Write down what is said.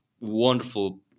wonderful